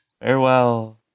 Farewell